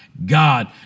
God